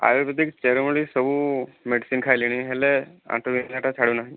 ଆୟୁର୍ବେଦିକ ଚେରମୂଳି ସବୁ ମେଡ଼ିସିନ ଖାଇଲିଣି ହେଲେ ଆଣ୍ଠୁ ବିନ୍ଧାଟା ଛାଡ଼ୁନାହିଁ